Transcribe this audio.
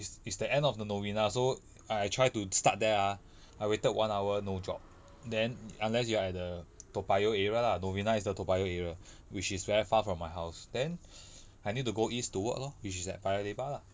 it's it's the end of the novena so I try to start there ah I waited one hour no job then unless you are at the toa payoh area lah novena is the toa payoh area which is very far from my house then I need to go east to work lor which is at paya lebar lah